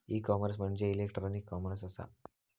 E commerce म्हणजे electronic commerce असा